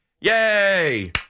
Yay